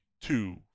two